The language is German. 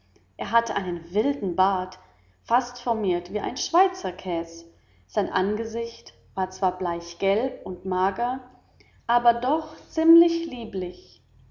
er hatte einen wilden bart fast formiert wie ein schweizerkäs sein angesicht war zwar bleichgelb und mager aber doch ziemlich lieblich